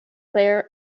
there